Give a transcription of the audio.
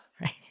Right